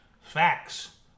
Facts